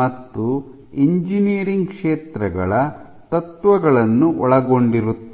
ಮತ್ತು ಎಂಜಿನಿಯರಿಂಗ್ ಕ್ಷೇತ್ರಗಳ ತತ್ವಗಳನ್ನು ಒಳಗೊಂಡಿರುತ್ತದೆ